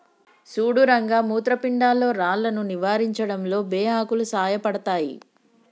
సుడు రంగ మూత్రపిండాల్లో రాళ్లను నివారించడంలో బే ఆకులు సాయపడతాయి